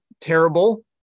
terrible